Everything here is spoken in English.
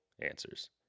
answers